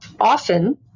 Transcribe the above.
Often